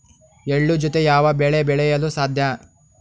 ಎಳ್ಳು ಜೂತೆ ಯಾವ ಬೆಳೆ ಬೆಳೆಯಲು ಸಾಧ್ಯ?